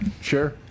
sure